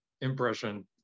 impression